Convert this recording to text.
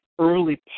early